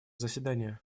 заседания